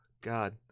God